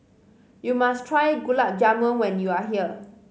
you must try Gulab Jamun when you are here